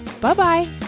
Bye-bye